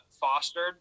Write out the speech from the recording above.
fostered